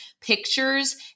pictures